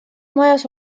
majas